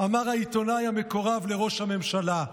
אמר העיתונאי המקורב לראש הממשלה.